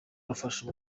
rufasha